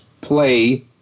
play